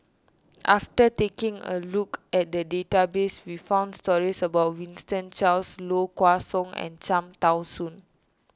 after taking a look at the database we found stories about Winston Choos Low Kway Song and Cham Tao Soon